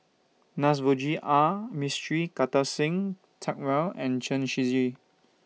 Navroji R Mistri Kartar Singh Thakral and Chen Shiji